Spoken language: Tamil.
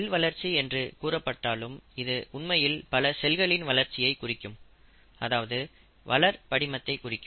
செல் வளர்ச்சி என்று கூறப்பட்டாலும் இது உண்மையில் பல செல்களின் வளர்ச்சியை குறிக்கும் அதாவது வளர் படிமத்தை குறிக்கும்